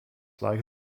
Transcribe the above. like